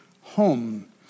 home